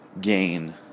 gain